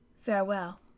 Farewell